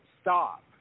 Stop